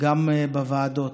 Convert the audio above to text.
גם בוועדות.